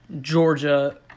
Georgia